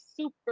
super